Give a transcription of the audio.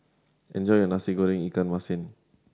enjoy your Nasi Goreng ikan masin